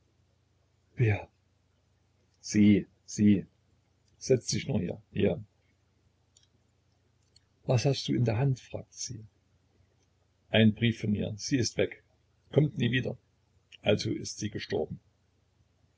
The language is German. wer sie sie setz dich nur hier hier was hast du in der hand fragte sie ein brief von ihr sie ist weg kommt nie wieder also ist sie gestorben